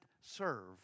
serve